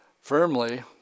firmly